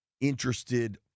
interested